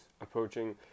approaching